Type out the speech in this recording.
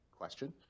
question